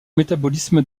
métabolisme